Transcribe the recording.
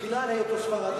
בגלל היותו ספרדי.